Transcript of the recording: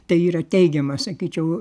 tai yra teigiamas sakyčiau